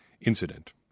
incident